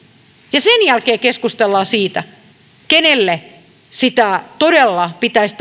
ja sen jälkeen keskustellaan siitä kenelle sitä todella pitäisi